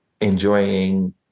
enjoying